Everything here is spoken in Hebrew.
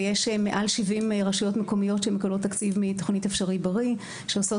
ויש מעל 70 רשויות מקומיות שמקבלות תקציב מתוכנית "אפשרי בריא" ועושות